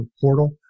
portal